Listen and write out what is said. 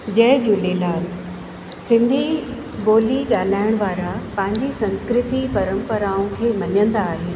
जय झूलेलाल सिंधी ॿोली ॻाल्हाइण वारा पंहिंजी संस्कृति परंपराऊं खे मञंदा आहिनि